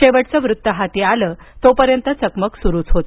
शेवटचं वृत्त हाती आलं तोपर्यंत चकमक सुरूच होती